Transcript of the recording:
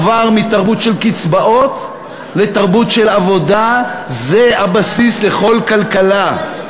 מעבר מתרבות של קצבאות לתרבות של עבודה זה הבסיס לכל כלכלה.